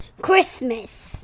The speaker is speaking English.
Christmas